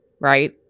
right